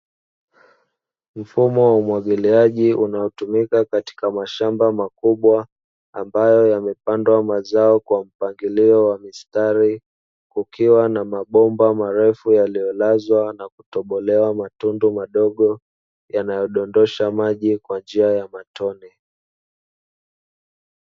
Mfumo wa umwagiliaji unaotumika katika mashamba makubwa ambayo yamepandwa mazao kwa mpangilio wa mistari, kukiwa na mabomba marefu yaliyolazwa na kutobolewa matundu madogo, yanayodondosha maji kwa njia ya matone.